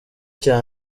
cya